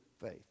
faith